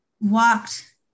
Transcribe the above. walked